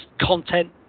content